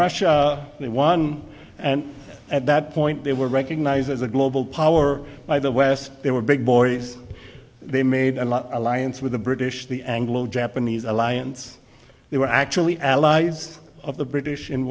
russia they won and at that point they were recognised as a global power by the west they were big boys they made an alliance with the british the anglo japanese alliance they were actually allies of the british in